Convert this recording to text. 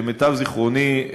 למיטב זיכרוני,